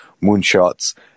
moonshots